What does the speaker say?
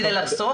כדי לחסוך,